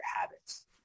habits